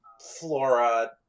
Flora